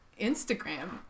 Instagram